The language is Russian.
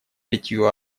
пятью